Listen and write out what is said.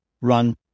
run